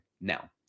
Now